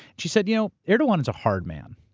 she said, you know erdogan is a hard man.